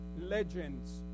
legends